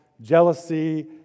jealousy